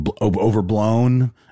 overblown